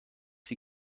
sie